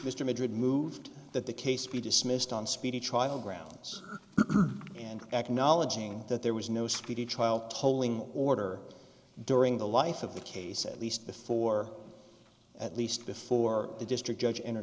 mr madrid moved that the case be dismissed on speedy trial grounds and acknowledging that there was no speedy trial tolling order during the life of the case at least before at least before the district judge enter